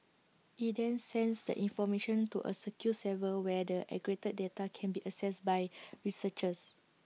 IT then sends the information to A secure server where the aggregated data can be accessed by researchers